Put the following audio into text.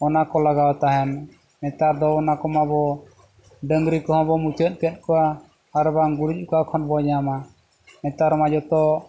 ᱚᱱᱟ ᱠᱚ ᱞᱟᱜᱟᱣ ᱛᱟᱦᱮᱱ ᱱᱮᱛᱟᱨ ᱫᱚ ᱚᱱᱟᱠᱚ ᱢᱟᱵᱚᱱ ᱰᱟᱹᱝᱨᱤ ᱠᱚᱦᱚᱸ ᱵᱚ ᱢᱩᱪᱟᱹᱫ ᱠᱮᱫ ᱠᱚᱣᱟ ᱟᱨ ᱵᱟᱝ ᱜᱩᱨᱤᱡ ᱚᱠᱟ ᱠᱷᱚᱱ ᱵᱚᱱ ᱧᱟᱢᱟ ᱱᱮᱛᱟᱨ ᱢᱟ ᱡᱚᱛᱚ